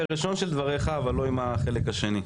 של דבריך, אבל לא עם החלק השני,